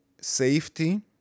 safety